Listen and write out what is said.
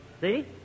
See